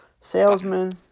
Salesman